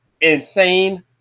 insane